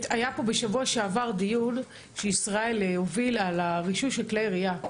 היה פה בשבוע שעבר דיון שישראל הוביל על הרישוי של כלי ירייה.